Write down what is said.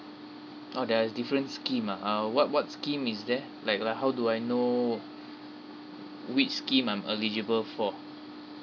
oh there are different scheme ah err what what's scheme is there like lah how do I know which scheme I'm eligible for